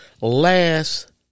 last